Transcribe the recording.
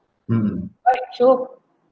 mm hurt so